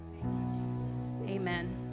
Amen